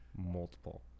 Multiple